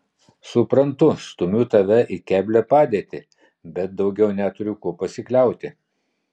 suprantu stumiu tave į keblią padėtį bet daugiau neturiu kuo pasikliauti